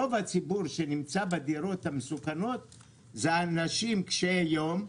רוב הציבור שנמצא בדירות המסוכנות אלה אנשים קשיי יום,